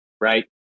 Right